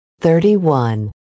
Thirty-one